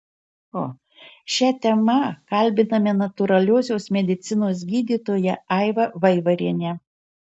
šia tema kalbiname natūraliosios medicinos gydytoją aivą vaivarienę